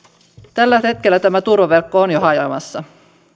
tällä hetkellä tämä turvaverkko on jo hajoamassa